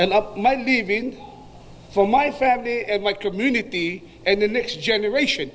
and up my leaving for my family my community and the next generation